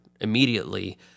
immediately